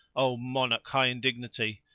o monarch, high in dignity,